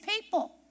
people